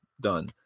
done